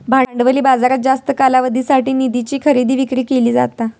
भांडवली बाजारात जास्त कालावधीसाठी निधीची खरेदी विक्री केली जाता